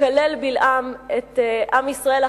מקלל בלעם את עם ישראל,